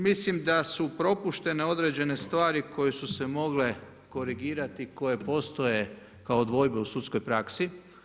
Mislim da su propuštene određene stvari koje su se mogle korigirati, koje postoje kao dvojbe u sudskoj praksi.